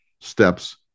steps